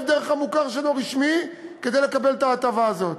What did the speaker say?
דרך המוכר שאינו רשמי כדי לקבל את ההטבה הזאת.